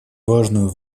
важную